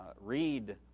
Read